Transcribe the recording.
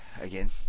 again